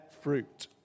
fruit